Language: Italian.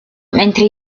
mentre